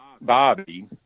Bobby